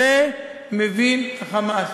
את זה מבין ה"חמאס".